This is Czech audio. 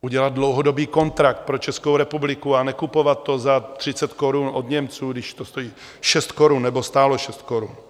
Udělat dlouhodobý kontrakt pro Českou republiku a nekupovat to za 30 korun od Němců, když to stojí 6 korun, nebo stálo 6 korun.